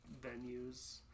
venues